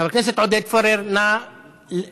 חבר הכנסת עודד פורר, נא לברך.